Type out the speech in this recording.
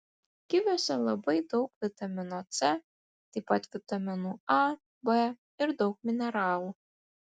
kiviuose labai daug vitamino c taip pat vitaminų a b ir daug mineralų